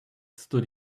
stood